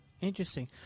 Interesting